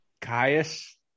Caius